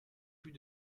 plus